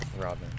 Robin